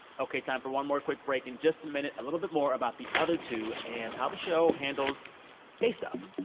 ok. time for one more quick break. in just a minute, a little bit more about the other two, and how the show handles gay stuff.